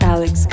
Alex